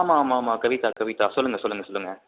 ஆமாம் ஆமாம் ஆமாம் கவிதா கவிதா சொல்லுங்க சொல்லுங்க சொல்லுங்க